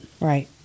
Right